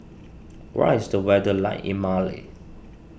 what is the weather like in Mali